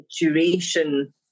duration